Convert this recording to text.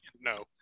no